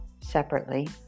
separately